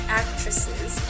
actresses